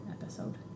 episode